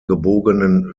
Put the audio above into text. gebogenen